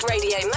Radio